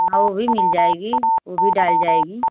हाँ वह भी मिल जाएगी वह भी डाल जाएगी